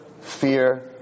fear